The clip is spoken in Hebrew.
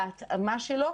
בהתאמה שלו.